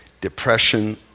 depression